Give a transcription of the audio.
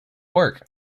work